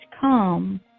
come